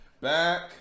Back